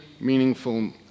meaningful